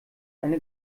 eine